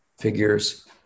figures